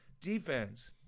defense